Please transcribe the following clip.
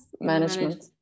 management